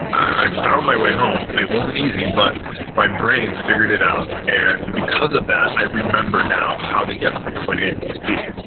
i've found my way home. it wasn't easy, but my brain figured it out. and because of that, i remember now how to get from point a to point b.